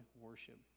worship